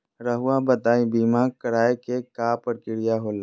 रहुआ बताइं बीमा कराए के क्या प्रक्रिया होला?